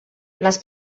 les